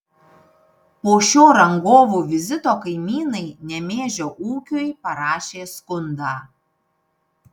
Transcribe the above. po šio rangovų vizito kaimynai nemėžio ūkiui parašė skundą